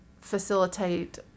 facilitate